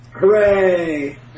Hooray